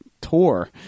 tour